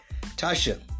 Tasha